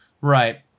Right